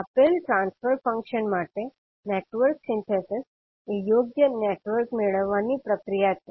આપેલ transfer function માટે network synthesis એ યોગ્ય નેટવર્ક મેળવવાની પ્રક્રિયા છે